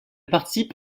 participe